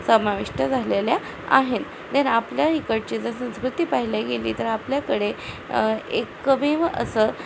समाविष्ट झालेल्या आहेत देन आपल्या इकडची जर संस्कृती पाहायला गेली तर आपल्याकडे एक कमी असं